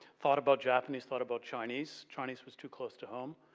thought about japanese, thought about chinese. chinese was too close to home,